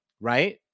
Right